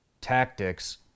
tactics